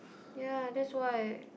ya that's why